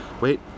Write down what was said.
Wait